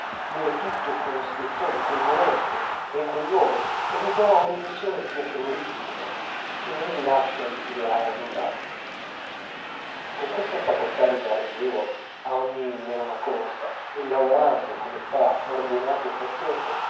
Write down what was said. vive tutto collo scrittore in quel momento e in quel luogo e vi prova una illusione piacevolissima che non gli lascia desiderare null'altro con questa facoltà di dar rilievo a ogni menoma cosa e lavorando come fa ordinato e paziente